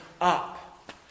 up